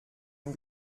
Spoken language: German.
den